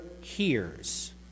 hears